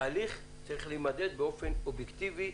תהליך צריך להימדד באופן אובייקטיבי,